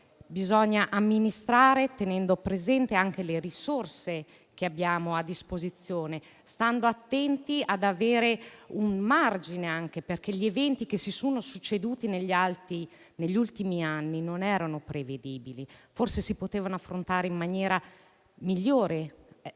bisogna amministrare tenendo presenti anche le risorse che abbiamo a disposizione, stando attenti ad avere un margine, perché gli eventi che si sono succeduti negli ultimi anni non erano prevedibili, ma forse si potevano affrontare in maniera migliore